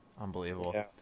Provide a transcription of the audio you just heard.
Unbelievable